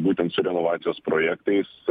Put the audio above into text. būtent su renovacijos projektais